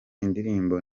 indirimbo